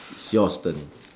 it's yours turn